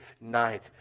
night